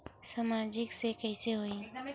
सामाजिक से कइसे होही?